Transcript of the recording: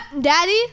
Daddy